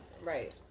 Right